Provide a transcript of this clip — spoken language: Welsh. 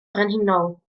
frenhinol